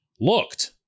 looked